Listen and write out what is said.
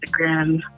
Instagram